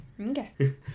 Okay